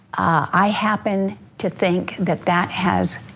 i happen to think that that has